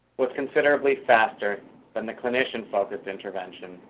was considerably faster than the clinician focused intervention,